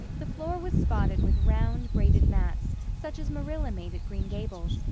the floor was spotted with round, braided mats, such as marilla made at green gables,